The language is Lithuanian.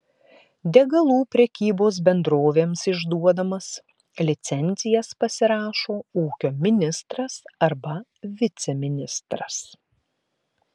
degalų prekybos bendrovėms išduodamas licencijas pasirašo ūkio ministras arba viceministras